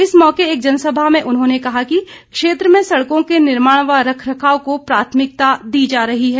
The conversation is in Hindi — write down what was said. इस मौके एक जनसभा में उन्होंने कहा कि क्षेत्र में सड़कों के निर्माण व रखरखाव को प्राथमिकता दी जा रही है